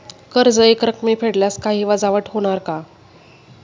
कर्ज एकरकमी फेडल्यास काही वजावट होणार का?